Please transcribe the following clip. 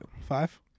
Five